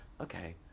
okay